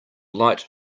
light